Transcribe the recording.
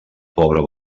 pobre